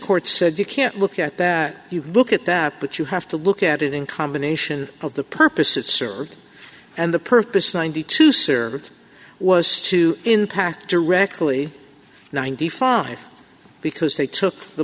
court said you can't look at that you can look at that but you have to look at it in combination of the purpose is served and the purpose ninety two sear was to impact directly ninety five because they took the